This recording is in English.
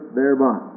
thereby